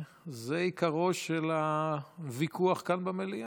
זה עיקרו של הוויכוח כאן במליאה.